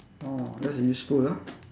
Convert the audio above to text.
oh that's useful ah